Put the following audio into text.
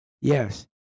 Yes